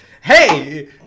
hey